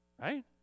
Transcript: Right